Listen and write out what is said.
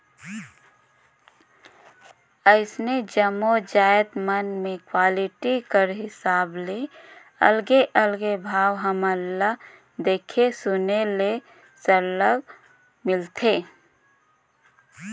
अइसने जम्मो जाएत मन में क्वालिटी कर हिसाब ले अलगे अलगे भाव हमन ल देखे सुने ले सरलग मिलथे